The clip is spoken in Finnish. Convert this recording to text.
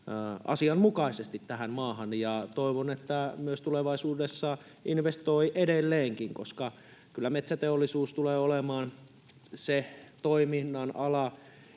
asianmukaisesti tähän maahan, ja toivon, että myös tulevaisuudessa investoi edelleenkin, koska kyllä metsäteollisuus tulee olemaan se toiminnan ala,